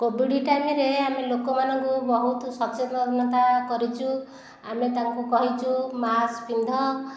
Covid ଟାଇମରେ ଆମେ ଲୋକମାନଙ୍କୁ ବହୁତ ସଚେତନତା କରିଛୁ ଆମେ ତାଙ୍କୁ କହିଛୁ ମାସ୍କ ପିନ୍ଧ